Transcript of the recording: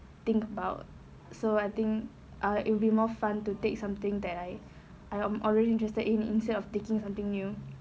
think about so I think err it will be more fun to take something that I I um already interested in instead of taking something new